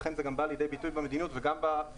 לכן זה גם בא לידי ביטוי במדיניות וגם בהצעה